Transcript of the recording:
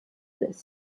this